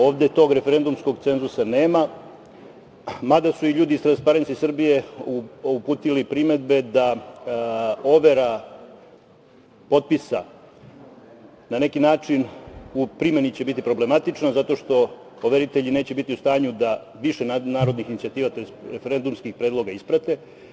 Ovde tog referendumskog cenzusa nema, mada su i ljudi iz „Transparentnost Srbije“ uputili primedbe da overa potpisa, na neki način u primeni će biti problematično zato što overitelji neće biti u stanju da više narodnih inicijativa, tj. referendumskih predloga isprate.